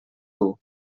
dur